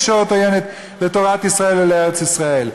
נגד תקשורת עוינת לתורת ישראל ולארץ-ישראל.